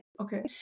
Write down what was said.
okay